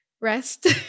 rest